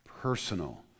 personal